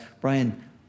Brian